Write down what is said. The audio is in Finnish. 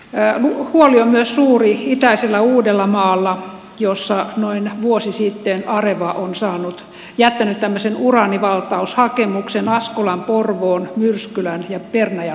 huoli on myös suuri itäisellä uudellamaalla missä noin vuosi sitten areva on jättänyt tämmöisen uraanivaltaushakemuksen askolan porvoon myrskylän ja pernajan alueella